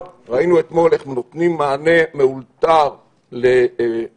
ראינו אתמול איך נותנים מענה מאולתר לחמ"ל